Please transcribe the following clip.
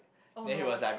oh no